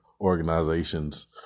organizations